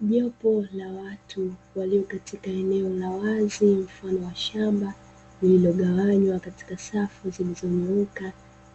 Jopo la watu walio katika eneo la wazi mfano wa shamba lililogawanywa katika safu zilizonyooka